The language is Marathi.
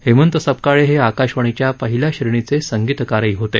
हेमंत सपकाळे हे आकाशवाणीचे पहिल्या श्रेणीचे संगीतकारही होते